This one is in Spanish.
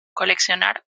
coleccionar